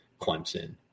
Clemson